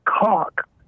cock